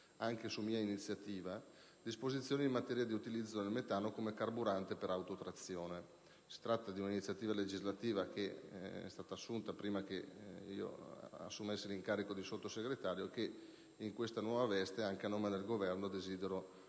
anche di mia iniziativa, recante «Disposizioni in materia di utilizzo del metano come carburante per autotrazione». Si tratta di un'iniziativa che è stata assunta prima che io assumessi l'incarico di Sottosegretario e che, in questa nuova veste anche a nome del Governo, desidero